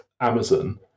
amazon